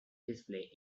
display